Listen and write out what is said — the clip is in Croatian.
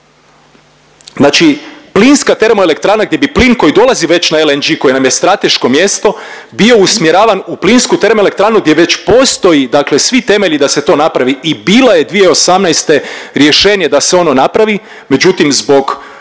Znači plinska termoelektrana gdje bi plin koji dolazi već na LNG koji nam je strateško mjesto bio usmjeravan u plinsku termoelektranu gdje već postoji dakle svi temelji da se to napravi i bilo je 2018. rješenje da se ono napravi, međutim zbog osoba